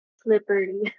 slippery